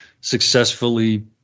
successfully